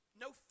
no